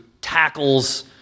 tackles